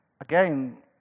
Again